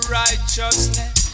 righteousness